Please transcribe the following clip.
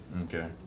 Okay